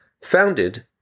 founded